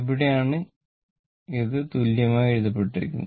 ഇവിടെയാണ് ഇത് തുല്യമായി എഴുതപ്പെട്ടിരിക്കുന്നത്